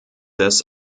des